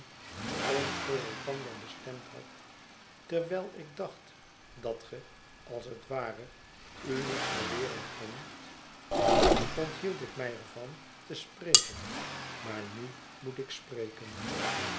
ons voor elkander bestemd had terwijl ik dacht dat ge als het ware u niet verweren kondt onthield ik mij er van te spreken maar nu moet ik spreken